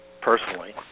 personally